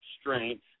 strength